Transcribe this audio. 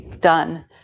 done